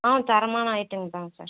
ஆ தரமான ஐட்டங்க தான்ங்க சார்